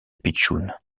pitchoun